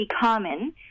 common